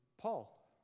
Paul